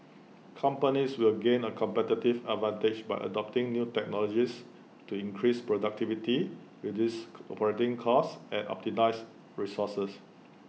companies will gain A competitive advantage by adopting new technologies to increase productivity reduce operating costs and resources